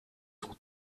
sont